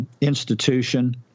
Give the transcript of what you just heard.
institution